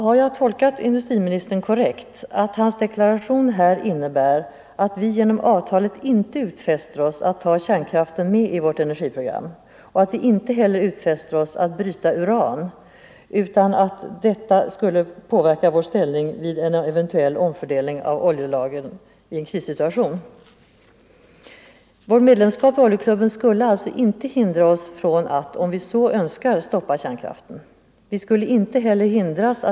Har jag tolkat industriministern korrekt, att hans deklaration här innebär att vi genom avtalet inte utfäster oss att ta kärnkraften med i vårt energiprogram och att vi inte heller utfäster oss att bryta uran, utan att detta skulle påverka vår ställning vid en eventuell omfördelning av Nr 138 oljelagren i en krissituation? : i Måndagen den Vårt medlemskap i oljeklubben skulle alltså INGE hindra oss från att 9:december 1974 om vi så önskar stoppa kärnkraften. Vi skulle inte heller hindras att.